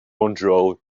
montreal